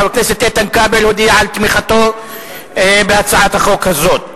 חבר הכנסת איתן כבל הודיע על תמיכתו בהצעת החוק הזאת.